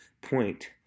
point